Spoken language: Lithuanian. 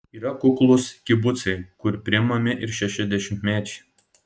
yra kuklūs kibucai kur priimami ir šešiasdešimtmečiai